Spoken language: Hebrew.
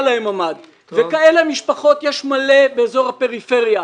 כאלה משפחות יש רבות באזור הפריפריה,